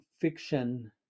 fiction